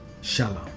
Shalom